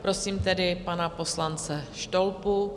Prosím tedy pana poslance Štolpu.